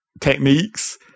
techniques